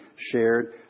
shared